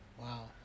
Wow